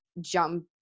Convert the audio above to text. jump